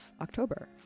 October